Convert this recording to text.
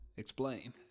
Explain